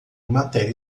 matéria